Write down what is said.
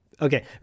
Okay